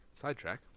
Sidetrack